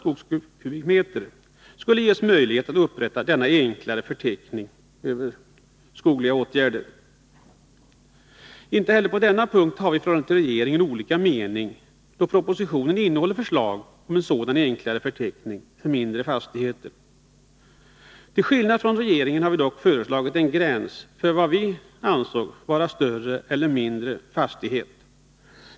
skogsmark skulle ges möjlighet att upprätta denna enklare förteckning över skogliga åtgärder. Inte heller på denna punkt har vi i förhållande till regeringen avvikande mening, då propositionen innehåller förslag om sådan enklare förteckning för mindre fastigheter. Till skillnad från regeringen har vi dock föreslagit en gräns för vad vi anser vara större eller mindre fastighet i detta sammanhang.